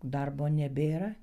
darbo nebėra